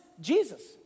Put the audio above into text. Jesus